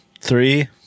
Three